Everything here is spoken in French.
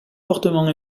fortement